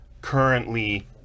currently